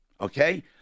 okay